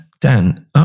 Dan